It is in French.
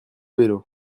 vélo